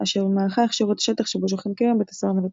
אשר במהלכה הכשירו את השטח שבו שוכן כיום בית הסוהר "נווה תרצה".